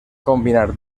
combinar